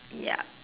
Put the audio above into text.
ya